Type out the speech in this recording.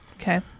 Okay